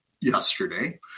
yesterday